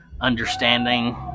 understanding